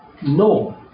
No